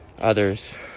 others